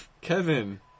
Kevin